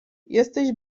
jesteś